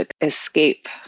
escape